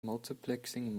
multiplexing